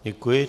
Děkuji.